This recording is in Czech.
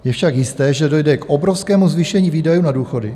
Je však jisté, že dojde k obrovskému zvýšení výdajů na důchody.